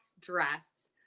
dress